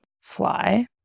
Fly